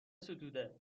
ستوده